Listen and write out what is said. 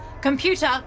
Computer